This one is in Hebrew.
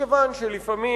מכיוון שלפעמים,